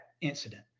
incident